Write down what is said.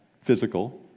physical